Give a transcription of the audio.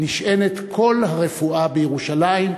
נשענת כל הרפואה בירושלים,